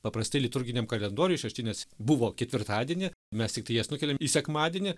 paprastai liturginiam kalendoriuj šeštinės buvo ketvirtadienį mes tiktai jas nukeliam į sekmadienį